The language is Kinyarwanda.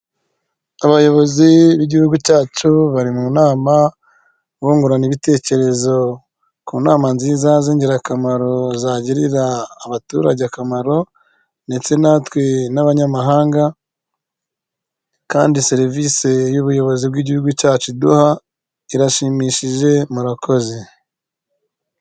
Abayobozi b'igihugu cyacu bari mu nama bungurana ibitekerezo ku nama nziza z'ingirakamaro zagirira abaturage akamaro ndetse natwe n'abanyamahanga kandi serivisi y'ubuyobozi bw'igihugu cyacu iduha irashimishije murakoze .